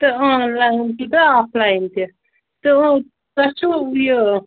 تہٕ آنلاین تہِ تہٕ آفلاین تہِ تہٕ تۄہہِ چھُو یہِ